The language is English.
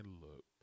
look